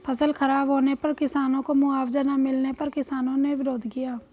फसल खराब होने पर किसानों को मुआवजा ना मिलने पर किसानों ने विरोध किया